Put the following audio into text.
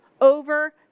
over